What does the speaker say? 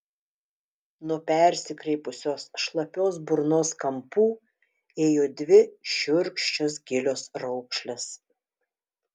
nuo persikreipusios šlapios burnos kampų ėjo dvi šiurkščios gilios raukšlės